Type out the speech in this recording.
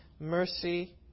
mercy